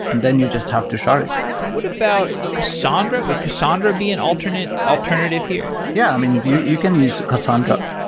and then you just have to shard it what about cassandra? would cassandra be an alternative alternative here? yeah. i mean, you you can use cassandra.